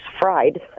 fried